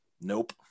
Nope